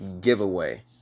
giveaway